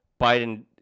Biden